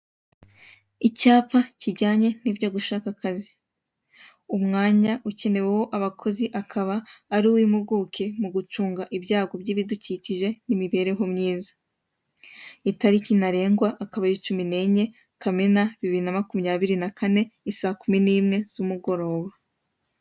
Icyapa kijyanye n'ibyo gushaka akazi. Umwanya ukeneweho abakozi akaba ari uw'impuguke mu gucunga ibyago by'ibidukikije n'imibereho myiza. Italiki ntarengwa akaba ari cumi n'enye, kamena, bibiri na makumyabiri na kane i saa kumi n'imwe z'umugoroba.